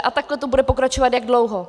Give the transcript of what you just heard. A takhle to bude pokračovat jak dlouho?